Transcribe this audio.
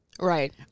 Right